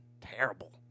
Terrible